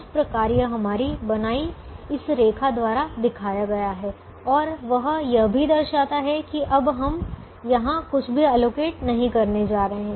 इस प्रकार यह हमारी बनायीं इस इस रेखा द्वारा दिखाया गया है और वह यह भी दर्शाता है कि अब हम यहां कुछ भी आवंटित नहीं करने जा रहे हैं